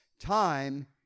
Time